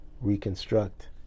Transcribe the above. reconstruct